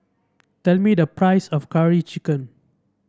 tell me the price of Curry Chicken